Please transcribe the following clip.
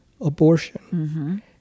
abortion